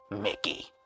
Mickey